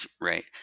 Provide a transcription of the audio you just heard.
Right